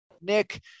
Nick